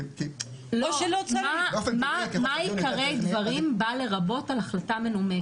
כי באופן טבעי --- מה עיקרי דברים בא לרבות על החלטה מנומקת?